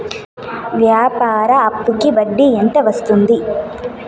వ్యాపార అప్పుకి వడ్డీ ఎంత వస్తుంది?